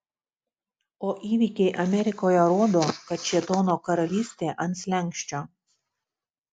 o įvykiai amerikoje rodo kad šėtono karalystė ant slenksčio